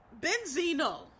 Benzino